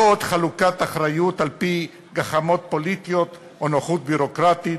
לא עוד חלוקת אחריות על-פי גחמות פוליטיות או נוחות ביורוקרטית,